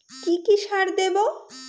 কি কি সার দেবো?